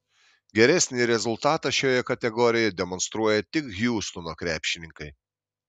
geresnį rezultatą šioje kategorijoje demonstruoja tik hjustono krepšininkai